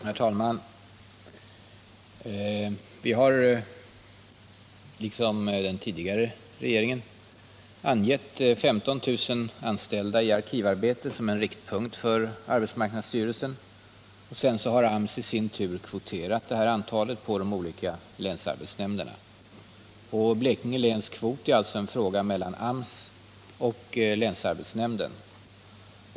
Herr talman! Vi har, liksom den tidigare regeringen, angett 15 000 anställda i arkivarbete som en riktpunkt för arbetsmarknadsstyrelsen. Sedan har AMS i sin tur kvoterat antalet på de olika länsarbetsnämnderna. Blekinge läns kvot är alltså en fråga mellan AMS och länsarbetsnämnden.